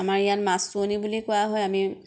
আমাৰ ইয়াত মাছ চুৱনি বুলি কোৱা হয় আমি